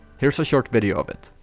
here's a short video of it!